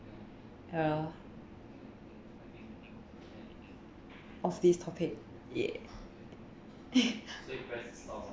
uh of this topic !yay!